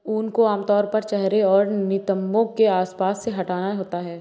ऊन को आमतौर पर चेहरे और नितंबों के आसपास से हटाना होता है